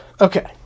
Okay